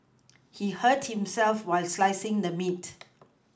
he hurt himself while slicing the meat